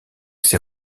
ses